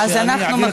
אז אנחנו מחליטים,